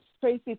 Tracy